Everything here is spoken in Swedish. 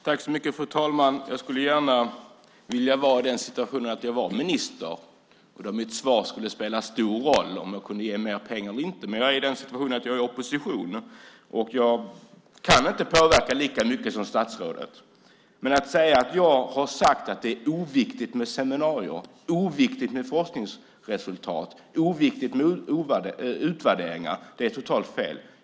Fru talman! Jag skulle gärna vilja vara i den situationen att jag var minister och att mitt svar om jag kunde ge mer pengar eller inte skulle spela stor roll. Men jag är i den situationen att jag är i opposition, och jag kan inte påverka lika mycket som statsrådet. Men att säga att jag har sagt att det är oviktigt med seminarier, oviktigt med forskningsresultat och oviktigt med utvärderingar är totalt fel.